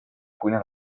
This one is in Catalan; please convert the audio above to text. cuina